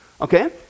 Okay